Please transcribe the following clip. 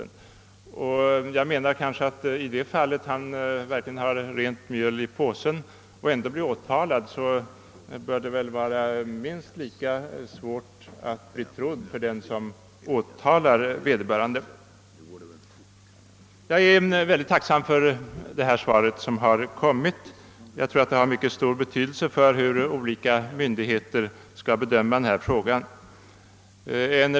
Om vederbörande verkligen har rent mjöl i påsen och ändå blir åtalad bör det väl vara minst lika svårt för den som åtalar personen i fråga att bli trodd. Jag är synnerligen tacksam för det svar som jordbruksministern lämnat. Jag tror att svaret får stor betydelse för olika myndigheters bedömning av frågan.